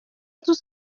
tout